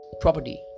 property